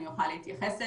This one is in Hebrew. אני אוכל להתייחס אליה.